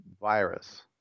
virus